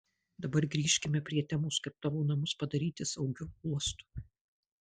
dabar grįžkime prie temos kaip tavo namus padaryti saugiu uostu